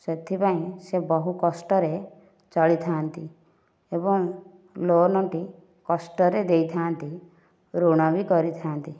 ସେଥିପାଇଁ ସେ ବହୁ କଷ୍ଟରେ ଚଳିଥା'ନ୍ତି ଏବଂ ଲୋନ୍ଟି କଷ୍ଟରେ ଦେଇଥା'ନ୍ତି ଋଣ ବି କରିଥା'ନ୍ତି